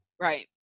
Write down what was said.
right